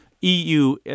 EU